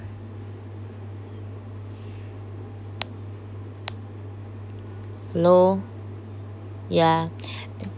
no ya